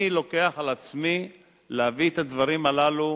אני לוקח על עצמי להביא את הדברים הללו